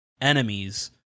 enemies